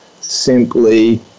simply